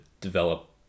develop